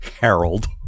Harold